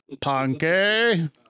Punky